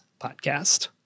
Podcast